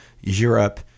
Europe